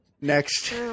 Next